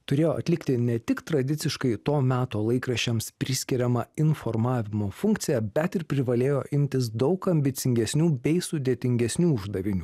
turėjo atlikti ne tik tradiciškai to meto laikraščiams priskiriamą informavimo funkciją bet ir privalėjo imtis daug ambicingesnių bei sudėtingesnių uždavinių